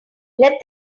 let